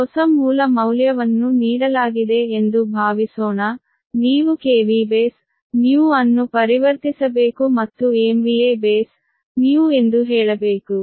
ಈಗ ಹೊಸ ಮೂಲ ಮೌಲ್ಯವನ್ನು ನೀಡಲಾಗಿದೆ ಎಂದು ಭಾವಿಸೋಣ ನೀವು Bnew ಅನ್ನು ಪರಿವರ್ತಿಸಬೇಕು ಮತ್ತು Bnew ಎಂದು ಹೇಳಬೇಕು